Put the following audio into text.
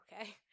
Okay